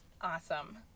awesome